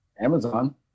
Amazon